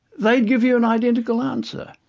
they'd give you an identical answer.